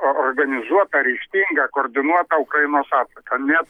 organizuotą ryžtingą koordinuotą ukrainos atsaką kad net